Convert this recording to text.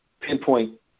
pinpoint